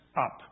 up